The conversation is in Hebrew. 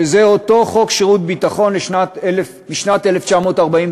שזה אותו חוק שירות ביטחון משנת 1949,